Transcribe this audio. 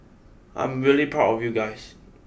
I'm really proud of you guys